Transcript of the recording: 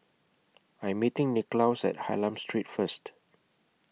I'm meeting Nicklaus At Hylam Street First